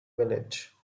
village